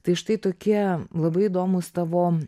tai štai tokie labai įdomūs tavo